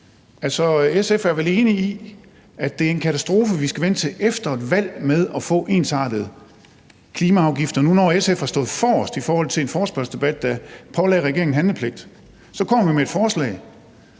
SF er vel enig i, at det er en katastrofe, at vi skal vente til efter et valg med at få ensartede klimaafgifter nu, når SF har stået forrest i forhold til en forespørgselsdebat, der pålagde regeringen en handlepligt. Så kommer vi med et forslag,